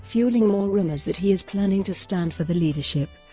fuelling more rumours that he is planning to stand for the leadership,